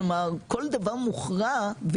כלומר כל דבר מוכרע,